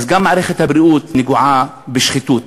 אז גם מערכת הבריאות נגועה בשחיתות.